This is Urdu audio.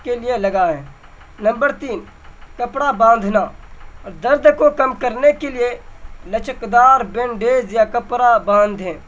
کے لیے لگائیں نمبر تین کپڑا باندھنا درد کو کم کرنے کے لیے لچکدار بینڈیز یا کپڑا باندھیں